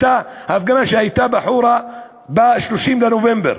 פיזור ההפגנה שהייתה בחורה ב-30 בנובמבר,